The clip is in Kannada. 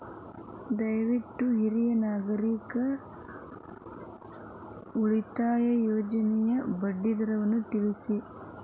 ದಯವಿಟ್ಟು ಹಿರಿಯ ನಾಗರಿಕರ ಉಳಿತಾಯ ಯೋಜನೆಯ ಬಡ್ಡಿ ದರವನ್ನು ತಿಳಿಸಿ